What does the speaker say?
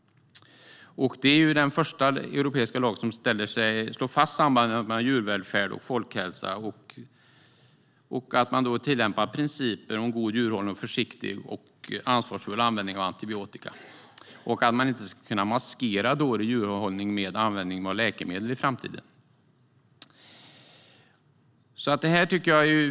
Det är den första europeiska lag som slår fast sambandet mellan djurvälfärd och folkhälsa. Man ska tillämpa principer om god djurhållning och försiktig, ansvarsfull användning av antibiotika. Då kan man inte maskera dålig djurhållning med användning av läkemedel i framtiden.